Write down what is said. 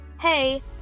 hey